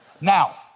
Now